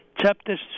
Chapter